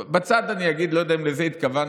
בצד אני אגיד שאני לא יודע אם לזה התכוונת